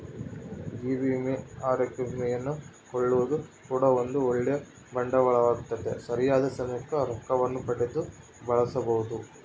ಜೀವ ವಿಮೆ, ಅರೋಗ್ಯ ವಿಮೆಯನ್ನು ಕೊಳ್ಳೊದು ಕೂಡ ಒಂದು ಓಳ್ಳೆ ಬಂಡವಾಳವಾಗೆತೆ, ಸರಿಯಾದ ಸಮಯಕ್ಕೆ ರೊಕ್ಕವನ್ನು ಪಡೆದು ಬಳಸಬೊದು